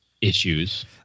issues